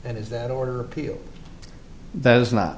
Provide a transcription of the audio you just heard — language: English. and is that order appeal that is not